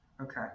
Okay